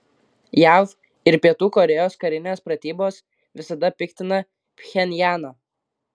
jav ir pietų korėjos karinės pratybos visada piktina pchenjaną